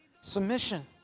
Submission